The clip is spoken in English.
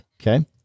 Okay